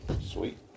Sweet